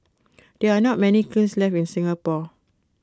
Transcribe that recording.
there are not many kilns left in Singapore